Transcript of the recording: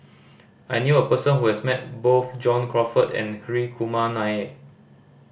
I knew a person who has met both John Crawfurd and Hri Kumar Nair